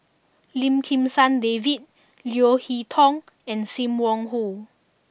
Lim Kim San David Leo Hee Tong and Sim Wong Hoo